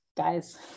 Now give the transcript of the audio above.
Guys